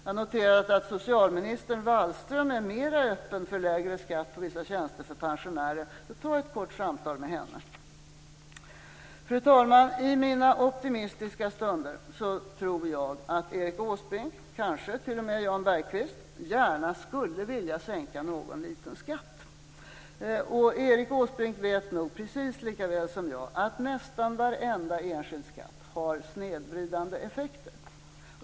Jag noterar att socialminister Margot Wallström är mer öppen för lägre skatt på vissa tjänster för pensionärer. Erik Åsbrink borde därför ta ett kort samtal med henne. Fru talman! I mina optimistiska stunder tror jag att Erik Åsbrink, kanske t.o.m. Jan Bergqvist, gärna skulle vilja sänka någon liten skatt. Erik Åsbrink vet nog precis lika väl som jag att nästan varenda enskild skatt har snedvridande effekter.